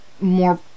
more